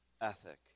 ethic